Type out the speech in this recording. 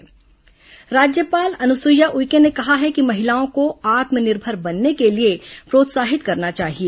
राज्यपाल वेबीनार राज्यपाल अनुसुईया उइके ने कहा है कि महिलाओं को आत्मनिर्भर बनने के लिए प्रोत्साहित करना चाहिए